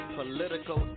political